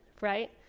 right